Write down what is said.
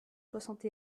soixante